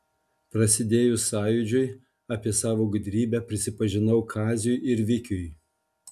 prasidėjus sąjūdžiui apie savo gudrybę prisipažinau kaziui ir vikiui